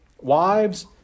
Wives